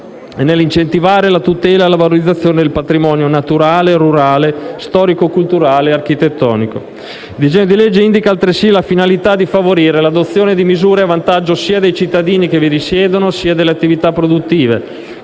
e nell'incentivare la tutela e valorizzazione del patrimonio naturale, rurale, storico-culturale e architettonico. Il disegno di legge indica altresì la finalità di favorire l'adozione di misure a vantaggio sia dei cittadini che vi risiedono, sia delle attività produttive,